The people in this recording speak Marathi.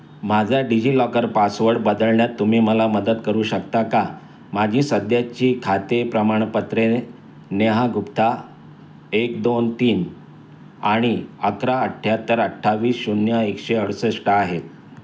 माझा डिजिलॉकर पासवर्ड बदलण्यात तुम्ही मला मदत करू शकता का माझी सध्याची खाते प्रमाणपत्रे नेहा गुप्ता एक दोन तीन आणि अकरा अठ्याहत्तर अठ्ठावीस शून्य एकशे अडुसष्ट आहे